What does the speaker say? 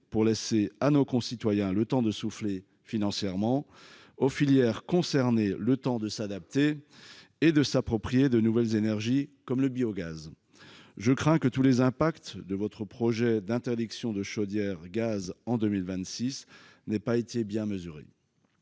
pour laisser à nos concitoyens le temps de souffler financièrement et aux filières concernées, celui de s’adapter et de s’approprier de nouvelles énergies comme le biogaz ? Je crains que tous les impacts du projet gouvernemental d’interdiction des chaudières à gaz en 2026 n’aient pas été correctement